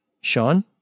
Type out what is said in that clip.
Sean